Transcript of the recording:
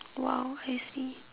!wow! I see